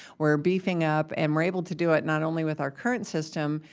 we're beefing up and we're able to do it not only with our current system,